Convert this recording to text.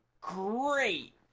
great